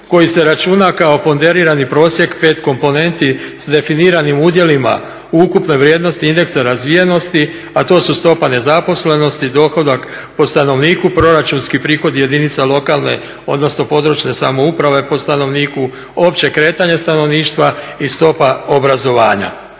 koji se računa kao ponderirani prosjek pet komponenti s definiranim udjelima u ukupnoj vrijednosti indeksa razvijenosti, a to su stopa nezaposlenosti, dohodak po stanovniku, proračunski prihodi jedinica lokalne odnosno područne samouprave po stanovniku, opće kretanje stanovništva i stopa obrazovanja.